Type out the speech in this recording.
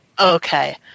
Okay